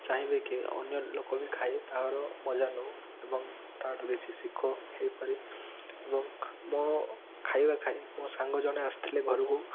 ଚାହିଁବେ କି ଅନ୍ୟ ଲୋକ ବି ଖାଇ ତାର ମଜା ନେଉ ଏବଂ ତା'ଠୁ କିଛି ଶିଖୁ ଏହିପରି ଏବଂ ମୋ ଖାଇବା ଖାଇ ମୋ ସାଙ୍ଗ ଜଣେ ଆସିଥିଲେ ଘରକୁ